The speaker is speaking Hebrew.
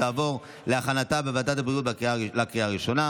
לוועדת הבריאות נתקבלה.